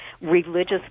religious